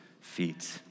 feet